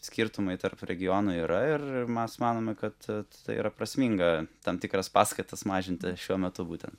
skirtumai tarp regionų yra ir mes manome kad tai yra prasminga tam tikras paskatas mažinti šiuo metu būtent